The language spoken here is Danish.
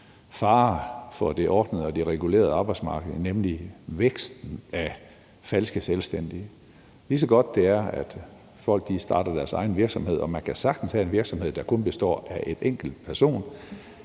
farer for det offentlige og det regulerede arbejdsmarked, nemlig væksten af falske selvstændige. Det er godt, at folk starter deres egen virksomhed – og man kan sagtens have en virksomhed, der kun består af en enkelt person,